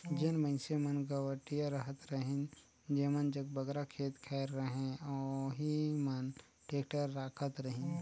जेन मइनसे मन गवटिया रहत रहिन जेमन जग बगरा खेत खाएर रहें ओही मन टेक्टर राखत रहिन